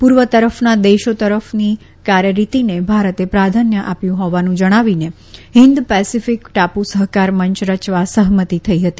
પુર્વ તરફના દેશો તરફની કાર્યરીતીને ભારતે પ્રાધાન્ય આપ્યું હોવાનું જણાવીને હિન્દ પેસેફીક ટાપુ સહકાર મંચ રચવા સહમતિ થઈ હતી